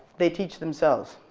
they teach themselves.